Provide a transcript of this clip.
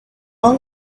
all